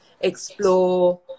explore